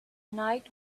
night